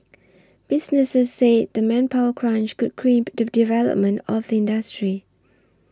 businesses said the manpower crunch could crimp the development of the industry